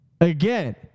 again